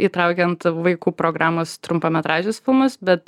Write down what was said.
įtraukiant vaikų programos trumpametražius filmus bet